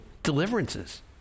deliverances